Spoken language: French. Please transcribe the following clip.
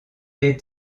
est